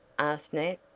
asked nat.